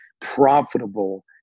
profitable